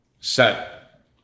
set